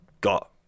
got